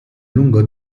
lungo